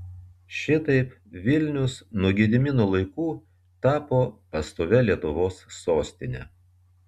šitaip vilnius nuo gedimino laikų tapo pastovia lietuvos sostine